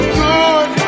good